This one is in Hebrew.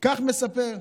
כך הוא מספר.